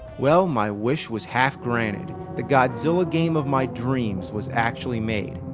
well my wish was half-granted. the godzilla game of my dreams was actually made,